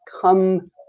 come